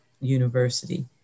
university